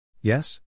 Yes